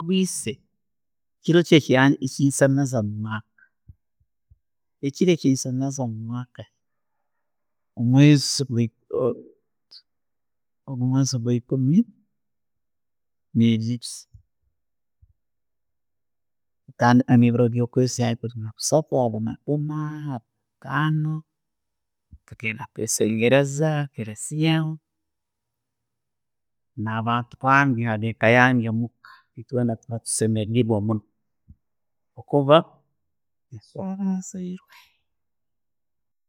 Ekiro kyesemeeza mumuhanda, omumwezi omumwezi gwe ekkumi ne'biiri. Ntandiika nebiiro byokwezi abiiri ne bisaatu omwo, abiiri nabiina ngenda kwesengereza hakelezia na'bantu bange, abe'eka yange omuka. Netubaa tusemerirwe muno ahakuba.